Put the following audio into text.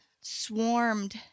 swarmed